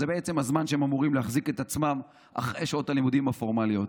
זה בעצם הזמן שהם אמורים להחזיק את עצמם אחרי שעות הלימודים הפורמליות.